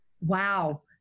Wow